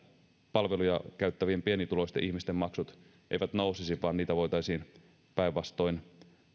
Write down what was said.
palveluja käyttävien pienituloisten ihmisten maksut eivät nousisi vaan niitä voitaisiin päinvastoin